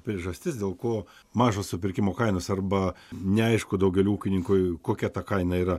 priežastis dėl ko mažos supirkimo kainos arba neaišku daugeliui ūkininkų kokia ta kaina yra